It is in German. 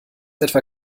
etwa